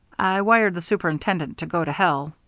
i wired the superintendent to go to hell.